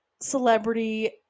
celebrity